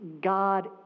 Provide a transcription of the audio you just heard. God